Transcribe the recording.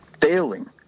failing